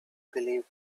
believed